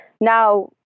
now